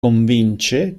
convince